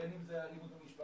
בין אם זאת אלימות במשפחה,